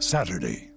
Saturday